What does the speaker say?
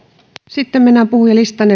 sitten mennään puhujalistaan